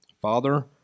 father